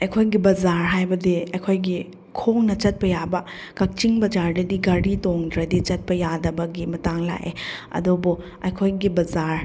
ꯑꯩꯈꯣꯏꯒꯤ ꯕꯖꯥꯔ ꯍꯥꯏꯕꯗꯤ ꯑꯩꯈꯣꯏꯒꯤ ꯈꯣꯡꯅ ꯆꯠꯄ ꯌꯥꯕ ꯀꯛꯆꯤꯡ ꯕꯖꯥꯔꯗꯗꯤ ꯒꯥꯔꯤ ꯇꯣꯡꯗ꯭ꯔꯗꯤ ꯆꯠꯄ ꯌꯥꯗꯕꯒꯤ ꯃꯇꯥꯡ ꯂꯥꯛꯑꯦ ꯑꯗꯨꯕꯨ ꯑꯩꯈꯣꯏꯒꯤ ꯕꯖꯥꯔ